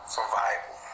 Survival